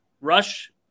rush